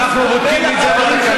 אתם שקרנים, אנחנו בודקים את זה בתקנון.